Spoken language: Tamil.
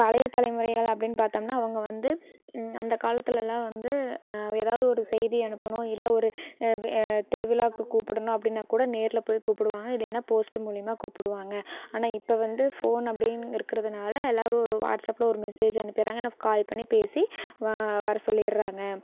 பழைய தலைமுறைகள் அப்படின் பார்த்தோம்னா அவங்க வந்து அந்தக் காலத்திலலாம் வந்து எதாவது ஒரு செய்தி அனுப்பணும் இல்லை ஒரு வ் திருவிழாவுக்கு கூப்பிடணும் அப்படின்னா கூட நேரில் போய் கூப்பிடுவாங்க இல்லைனா போஸ்ட் மூலிமா கூப்பிடுவாங்க ஆனால் இப்போ வந்து ஃபோன் அப்படிங்கிருக்கறதுனால எல்லோரும் ஒரு வாட்சப்பில் ஒரு மெசேஜ் அனுப்பிடுறாங்க இல்லைனா கால் பண்ணி பேசி வா வர சொல்லிடுறாங்க